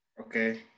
Okay